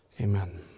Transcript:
Amen